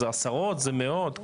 זה עשרות זה מאות,